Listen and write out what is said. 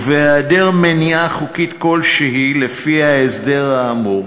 ובהיעדר מניעה חוקית כלשהי לפי ההסדר האמור,